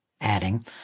adding